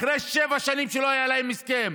אחרי שבע שנים שלא היה להם הסכם.